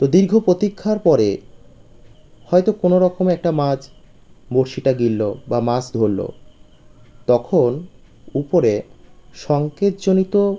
তো দীর্ঘ প্রতীক্ষার পরে হয়তো কোনো রকম একটা মাছ বড়শিটা গিলল বা মাছ ধরল তখন উপরে সংকেতজনিত